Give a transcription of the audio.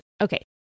Okay